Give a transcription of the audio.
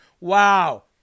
Wow